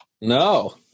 No